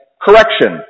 correction